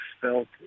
felt